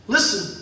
Listen